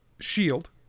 shield